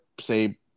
say